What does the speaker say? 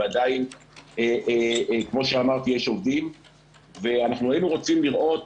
ועדיין יש עובדים והיינו רוצים לראות